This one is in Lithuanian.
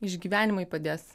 išgyvenimai padės